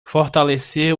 fortalecer